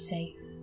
Safe